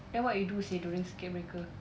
then what you do seh during circuit breaker